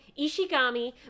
Ishigami